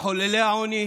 מחוללי העוני